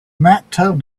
maktub